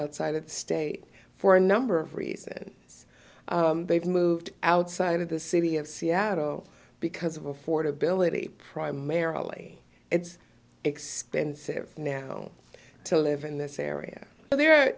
outside of state for a number of reasons they've moved outside of the city of seattle because of affordability primarily it's expensive now to live in this area but there